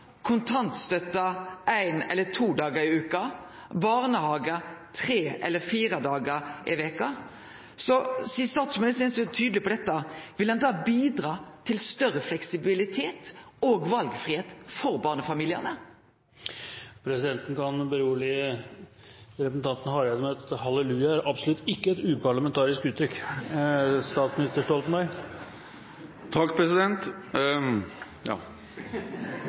kontantstøtta ein eller to dagar i veka og barnehagen tre eller fire dagar i veka. Sidan statsministeren er så tydeleg på dette, vil han bidra til større fleksibilitet og valfridom for barnefamiliane? Presidenten kan berolige representanten Hareide med at «halleluja» absolutt ikke er et uparlamentarisk uttrykk.